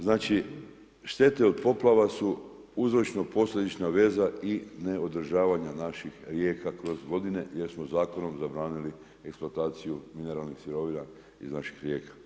Znači štete od poplava su uzročno posljedična veza i ne održavanja naših rijeka kroz godine jer smo zakonom zabranili eksploataciju mineralnih sirovina iz naših rijeka.